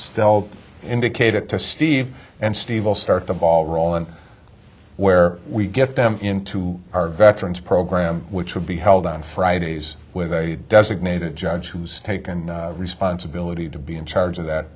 sell indicated to steve and steve will start the ball rolling where we get them into our veterans program which will be held on fridays with a designated judge who's taken responsibility to be in charge of that